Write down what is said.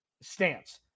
stance –